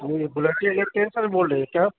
جی بلٹی الیکٹریشین بول رہے ہیں کیا آپ